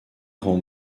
rend